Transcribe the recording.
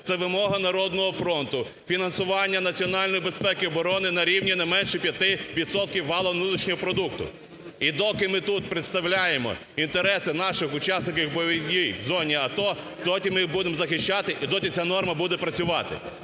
це вимога "Народного фронту" – фінансування національної безпеки і оборони на рівні не менше 5 відсотків валового внутрішнього продукту. І доки ми тут представляємо інтереси наших учасників бойових дій в зоні АТО, доти ми їх будемо захищати, і доти ця норма буде працювати.